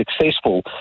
successful